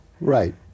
Right